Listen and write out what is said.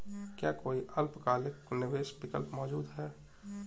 क्या कोई अल्पकालिक निवेश विकल्प मौजूद है?